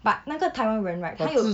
but 那个台湾人 right 他有